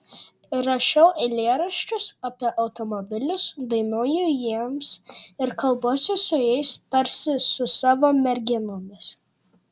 rašau eilėraščius apie automobilius dainuoju jiems ir kalbuosi su jais tarsi su savo merginomis